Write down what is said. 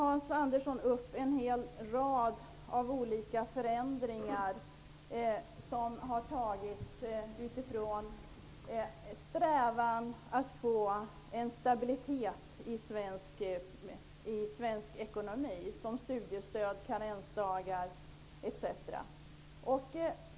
Hans Andersson tog upp en hel rad förändringar som har genomförts med utgångspunkt i en strävan att åstadkomma stabilitet i svensk ekonomi -- förändringar av studiestöd, karensdagar, etc.